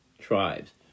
tribes